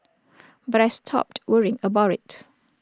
but I stopped worrying about IT